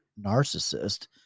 narcissist